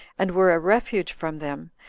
and were a refuge from them,